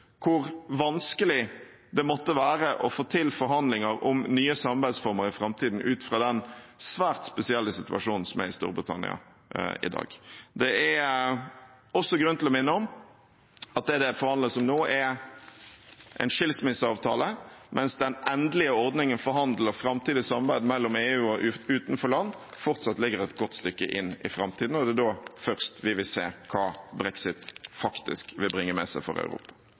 hvor vanskelig det måtte være å få til forhandlinger om nye samarbeidsformer i framtiden ut fra den svært spesielle situasjonen som er i Storbritannia i dag. Det er også grunn til å minne om at det det forhandles om nå, er en skilsmisseavtale, mens den endelige ordningen der man forhandler framtidig samarbeid mellom EU og utenforland, fortsatt ligger et godt stykke inn i framtiden, og det er først da vi vil se hva brexit faktisk vil bringe med seg for Europa.